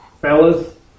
Fellas